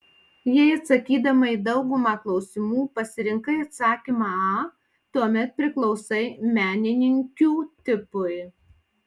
jei atsakydama į daugumą klausimų pasirinkai atsakymą a tuomet priklausai menininkių tipui